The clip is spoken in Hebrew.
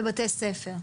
בבתי-ספר.